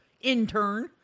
Intern